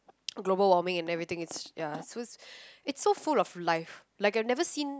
global warming and everything it's ya so it's it's so full of life like I've never seen